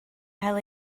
cael